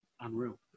Unreal